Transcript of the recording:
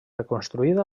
reconstruïda